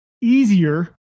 easier